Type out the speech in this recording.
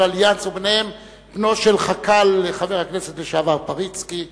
"אליאנס" וביניהם בנו של חבר הכנסת לשעבר פריצקי.